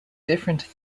different